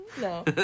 No